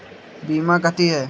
बीमा कथी है?